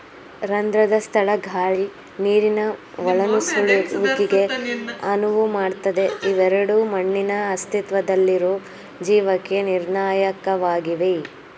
ರಂಧ್ರದ ಸ್ಥಳ ಗಾಳಿ ನೀರಿನ ಒಳನುಸುಳುವಿಕೆಗೆ ಅನುವು ಮಾಡ್ತದೆ ಇವೆರಡೂ ಮಣ್ಣಿನ ಅಸ್ತಿತ್ವದಲ್ಲಿರೊ ಜೀವಕ್ಕೆ ನಿರ್ಣಾಯಕವಾಗಿವೆ